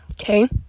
okay